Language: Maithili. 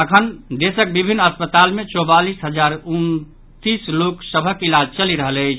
अखन देशक विभिन्न अस्पताल मे चौवालीस हजार उनतीस लोक सभक इलाज चलि रहल अछि